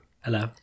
Hello